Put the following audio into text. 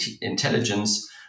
intelligence